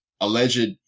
alleged